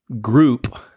group –